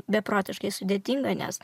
beprotiškai sudėtinga nes